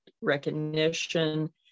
recognition